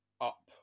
up